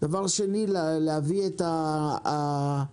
דבר שני, להביא את מחיר